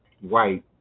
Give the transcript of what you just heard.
white